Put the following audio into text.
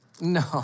No